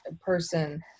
person